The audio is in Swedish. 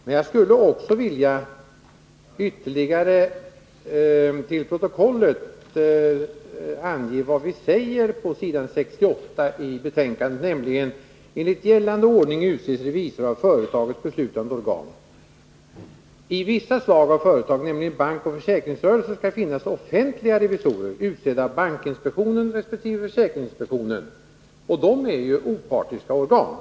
Men jag skulle också vilja ytterligare till protokollet anföra vad vi säger på s. 68 i betänkandet, nämligen: ”Enligt gällande ordning utses revisor av företagets beslutande organ. I vissa slag av företag, nämligen bankoch försäkringsrörelser, skall finnas offentliga revisorer utsedda av bankinspektionen resp. försäkringsinspektionen.” De är ju opartiska organ.